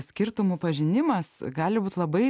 skirtumų pažinimas gali būt labai